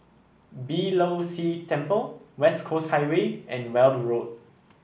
Beeh Low See Temple West Coast Highway and Weld Road